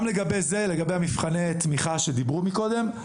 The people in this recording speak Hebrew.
גם לגבי זה, לגבי מבחני התמיכה שדיברו קודם.